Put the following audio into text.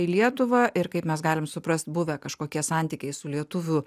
į lietuvą ir kaip mes galim suprast buvę kažkokie santykiai su lietuvių